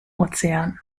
ozean